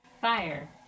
Fire